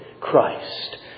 Christ